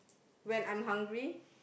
when I'm hungry